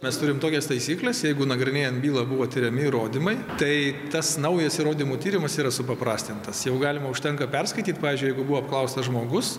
mes turim tokias taisykles jeigu nagrinėjant bylą buvo tiriami įrodymai tai tas naujas įrodymų tyrimas yra supaprastintas jau galima užtenka perskaityt pavyzdžiui jeigu buvo apklaustas žmogus